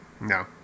No